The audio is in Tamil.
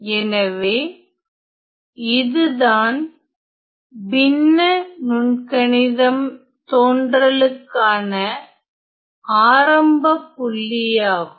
எனவே இதுதான் பின்ன நுண்கணிதம் தோன்றலுக்கான ஆரம்ப புள்ளியாகும்